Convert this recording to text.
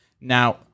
Now